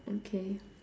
okay